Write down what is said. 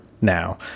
now